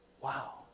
Wow